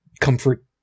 comfort